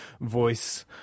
voice